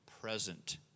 present